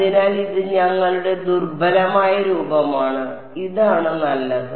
അതിനാൽ ഇത് ഞങ്ങളുടെ ദുർബലമായ രൂപമാണ് ഇതാണ് നല്ലത്